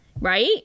Right